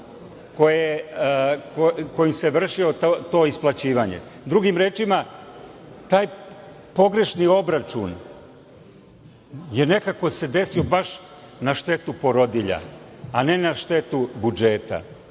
kojim se vršilo to isplaćivanje. Drugim rečima, taj pogrešni obračun se nekako desio baš na štetu porodilja, a ne na štetu budžeta.